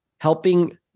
helping